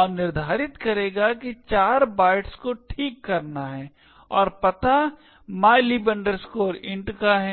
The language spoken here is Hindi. और निर्धारित करेगा कि 4 बाइट्स को ठीक करना है और पता mylib int का है